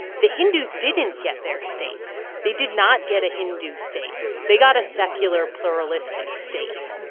the hindus didn't get their state. they did not get a hindu state. they got a secular pluralistic state.